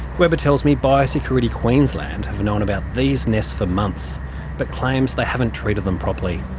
webber tells me biosecurity queensland have known about these nests for months but claims they haven't treated them properly.